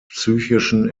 psychischen